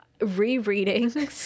rereading